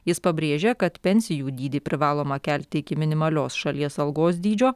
jis pabrėžia kad pensijų dydį privaloma kelti iki minimalios šalies algos dydžio